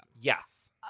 Yes